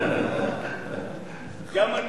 גם אני.